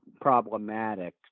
problematic